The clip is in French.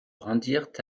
rendirent